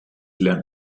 lernt